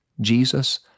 Jesus